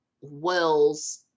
Wells